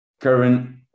current